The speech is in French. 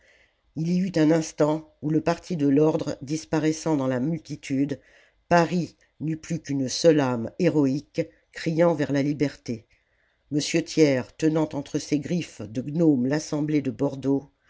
il y eut un instant où le parti de l'ordre disparaissant dans la multitude paris n'eut plus qu'une seule âme héroïque criant vers la liberté m thiers tenant entre ses griffes de gnome l'assemblée de bordeaux